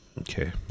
Okay